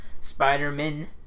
Spider-Man